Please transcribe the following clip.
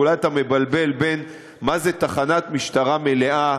אולי אתה מבלבל בין מה זה תחנת משטרה מלאה,